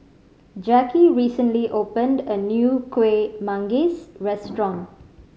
Jacki recently opened a new Kueh Manggis restaurant